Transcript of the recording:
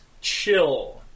chill